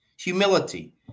humility